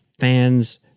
Fans